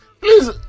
please